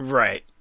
right